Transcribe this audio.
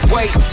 Wait